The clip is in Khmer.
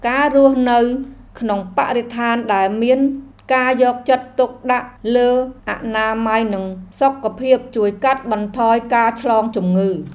ការរស់នៅក្នុងបរិស្ថានដែលមានការយកចិត្តទុកដាក់លើអនាម័យនិងសុខភាពជួយកាត់បន្ថយការឆ្លងជំងឺ។